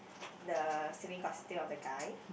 the swimming costume of the guy